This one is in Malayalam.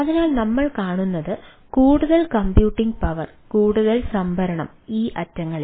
അതിനാൽ നമ്മൾ കാണുന്നത് കൂടുതൽ കമ്പ്യൂട്ടിംഗ് പവർ കൂടുതൽ സംഭരണം ഈ അറ്റങ്ങളിൽ